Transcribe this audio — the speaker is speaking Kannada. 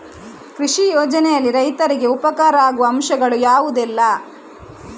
ಕೃಷಿ ಯೋಜನೆಯಲ್ಲಿ ರೈತರಿಗೆ ಉಪಕಾರ ಆಗುವ ಅಂಶಗಳು ಯಾವುದೆಲ್ಲ?